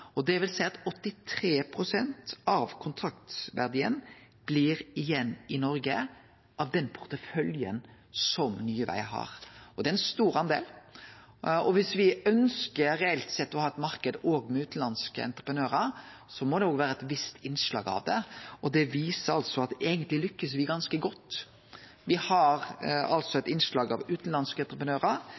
at 83 pst. av kontraktsverdien blir igjen i Noreg av den porteføljen som Nye Vegar har, og det er ein stor andel. Om me ønskjer, reelt sett, å ha ein marknad òg med utanlandske entreprenørar, må det vere eit visst innslag av det, og det viser at me eigentleg lykkast ganske godt. Me har altså eit innslag av utanlandske entreprenørar,